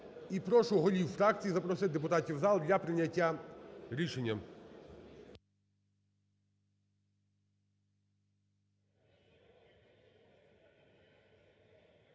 прошу голів фракцій запросити депутатів в зал для прийняття рішення.